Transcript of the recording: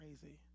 crazy